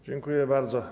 Dziękuję bardzo.